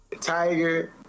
Tiger